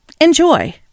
Enjoy